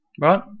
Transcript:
Right